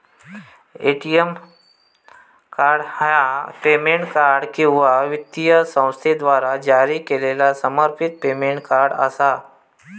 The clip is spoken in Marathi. ए.टी.एम कार्ड ह्या पेमेंट कार्ड किंवा वित्तीय संस्थेद्वारा जारी केलेला समर्पित पेमेंट कार्ड असा